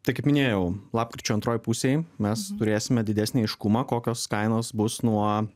tai kaip minėjau lapkričio antroj pusėj mes turėsime didesnį aiškumą kokios kainos bus nuo